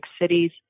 cities